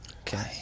Okay